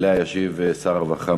שעליה ישיב שר הרווחה,